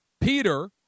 Peter